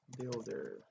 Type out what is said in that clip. builder